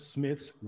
Smith's